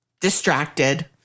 distracted